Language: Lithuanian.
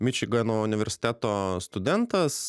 mičigano universiteto studentas